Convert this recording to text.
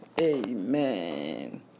Amen